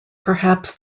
perhaps